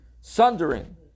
sundering